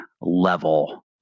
level